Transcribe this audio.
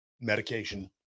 medication